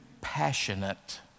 passionate